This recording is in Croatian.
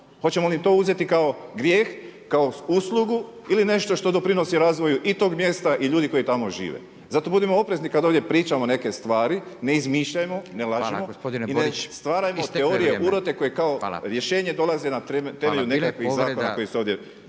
Hoćemo li to uzeti kao grijeh, kao uslugu ili nešto što doprinosi razvoju i tog mjesta i ljudi koji tamo žive. Zato budimo oprezni kad ovdje pričamo neke stvari, ne izmišljajmo, ne lažimo, već … …/Upadica Radin: Hvala gospodine Borić, isteklo je vrijeme./…